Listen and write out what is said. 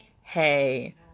hey